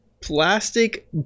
plastic